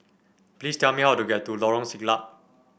please tell me how to get to Lorong Siglap